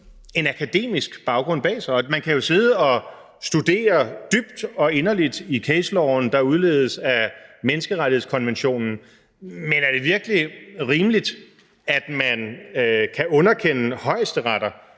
en akademisk baggrund bag sig. Man kan jo sidde og studere dybt og inderligt i den case law, der udledes af menneskerettighedskonventionen, men er det virkelig rimeligt, at man kan underkende højesteretter